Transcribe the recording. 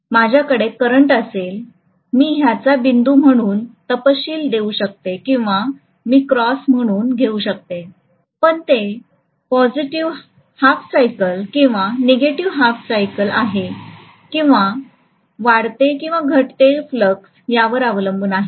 तर माझ्याकडे करंट असेल मी ह्याचा बिंदू म्हणून तपशील देऊ शकते किंवा मी क्रॉस म्हणून घेऊ शकते पण ते पॉसिटीव्ह हाल्फ सायकल किंवा नेगेटिव्ह हाल्फ सायकल आहे किंवा वाढते किंवा घटते फ्लक्स यावर अवलंबून आहे